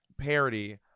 parody